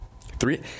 three